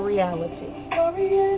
Reality